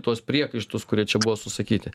tuos priekaištus kurie čia buvo susakyti